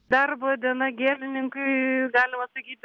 darbo diena gėlininkui galima sakyti